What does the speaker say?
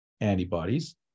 antibodies